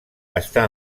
està